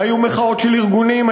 היו מחאות של ארגונים,